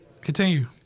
Continue